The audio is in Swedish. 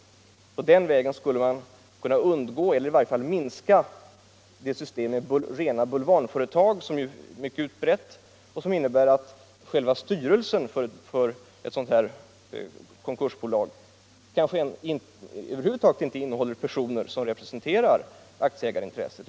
På den vägen skulle man kunna undgå eller i varje fall minska omfattningen av det system med rena bulvanföretag som är mycket utbrett och där styrelsen över huvud taget inte innehåller personer som representerar aktieägarintresset.